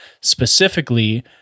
Specifically